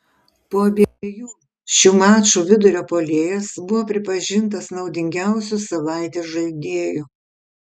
po abiejų šių mačų vidurio puolėjas buvo pripažintas naudingiausiu savaitės žaidėju